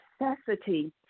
necessity